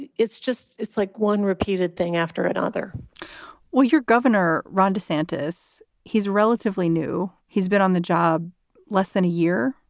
and it's just it's like one repeated thing after another well, your governor, ron desantis, he's relatively new. he's been on the job less than a year.